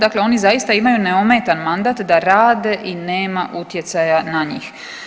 Dakle, oni zaista imaju neometan mandat da rade i nema utjecaja na njih.